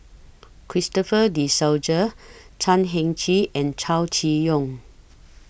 Christopher De Souza Chan Heng Chee and Chow Chee Yong